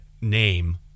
name